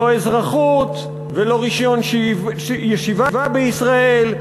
לא אזרחות ולא רישיון ישיבה בישראל,